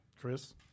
Chris